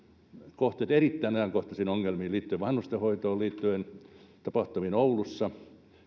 kohtia erittäin ajankohtaisiin ongelmiin liittyen vanhustenhoitoon liittyen tapahtumiin oulussa